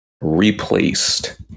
Replaced